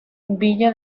villa